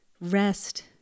rest